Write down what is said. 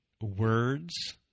words